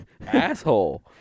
asshole